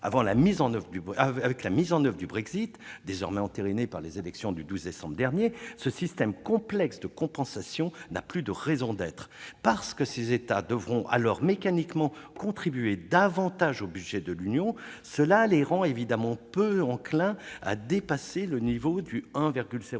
Avec la mise en oeuvre du Brexit, entérinée par les élections du 12 décembre dernier, ce système complexe de compensation n'a plus de raison d'être. Parce que ces États devront mécaniquement contribuer davantage au budget de l'Union, cela les rend évidemment peu enclins à accepter de dépasser le niveau de 1,07